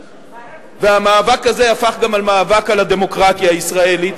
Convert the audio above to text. והמאבק הזה הפך גם מאבק על הדמוקרטיה הישראלית,